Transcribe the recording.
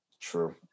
True